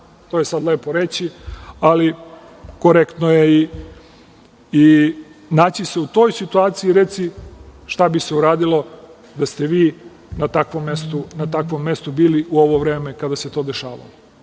to je sad lepo reći, ali korektno je i naći se u toj situaciji i reći šta bi se uradilo da ste vi na takvom mestu bili u ovo vreme kada se to dešavalo.